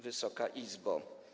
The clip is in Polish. Wysoka Izbo!